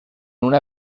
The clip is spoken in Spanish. una